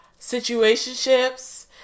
situationships